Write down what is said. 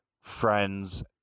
friends